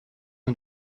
mit